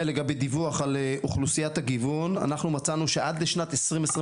לגבי דיווח על אוכלוסיית הגיוון אנחנו מצאנו שעד לשנת 2022